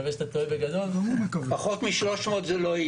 זה לא יהיה פחות מ-300.